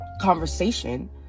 conversation